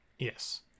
Yes